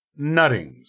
Nuttings